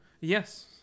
Yes